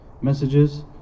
messages